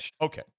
Okay